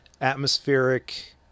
atmospheric